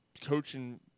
coaching